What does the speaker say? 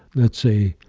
let's say,